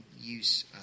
use